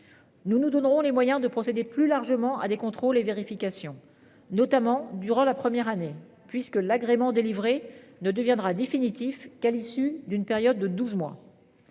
Nous nous donnerons les moyens de procéder plus largement à des contrôles et vérifications notamment durant la première année puisque l'agrément délivré ne deviendra définitif qu'à l'issue d'une période de 12 mois.